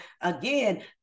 again